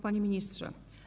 Panie Ministrze!